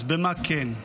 אז במה כן?